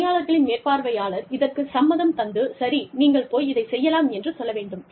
பணியாளர்களின் மேற்பார்வையாளர் இதற்குச் சம்மதம் தந்து 'சரி நீங்கள் போய் இதைச் செய்யலாம்' என்று சொல்ல வேண்டும்